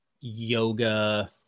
yoga